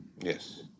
Yes